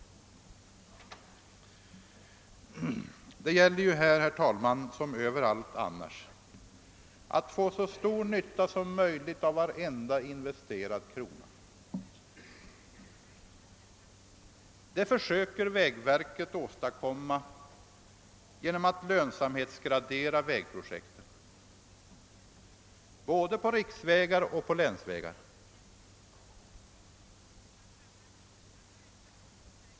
Det gäller ju här, herr talman, som Sverallt annars att få så stor nytta som möjligt av varenda investerad krona. Det försöker vägverket åstadkomma genom att lönsamhetsgradera vägprojekten, både när det gäller länsvägar och riksvägar.